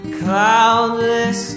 cloudless